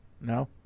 No